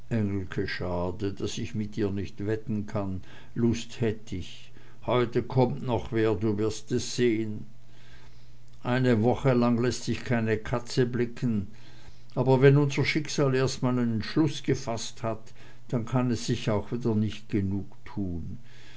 schade daß ich mit dir nicht wetten kann lust hätt ich heute kommt noch wer du wirst es sehn eine woche lang läßt sich keine katze blicken aber wenn unser schicksal erst mal nen entschluß gefaßt hat dann kann es sich auch wieder nicht genug tun